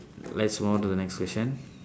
let's move on to the next question